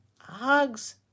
hugs